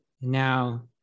now